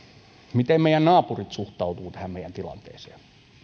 miten meidän naapurimme suhtautuvat tähän meidän tilanteeseen